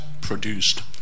produced